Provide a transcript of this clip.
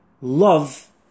love